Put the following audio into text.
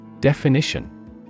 Definition